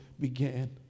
began